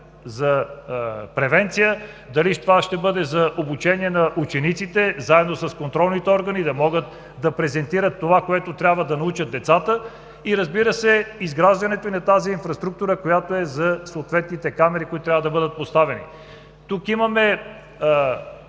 за превенция, дали ще бъде обучение на учениците, заедно с контролните органи да презентират това, което трябва да научат децата и, разбира се, изграждането на инфраструктурата за камерите, които трябва да бъдат поставени. Имаме